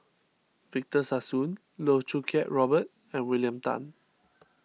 Victor Sassoon Loh Choo Kiat Robert and William Tan